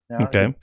Okay